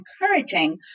encouraging